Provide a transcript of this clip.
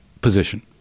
position